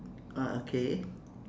ah okay